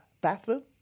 bathroom